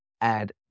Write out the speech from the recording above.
add